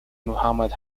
muhammad